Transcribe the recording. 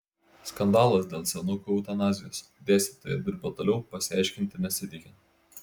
skandalas dėl senukų eutanazijos dėstytoja dirba toliau pasiaiškinti nesiteikia